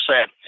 set